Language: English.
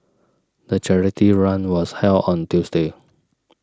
the charity run was held on Tuesday